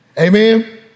Amen